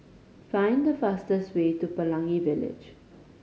find fastest way to Pelangi Village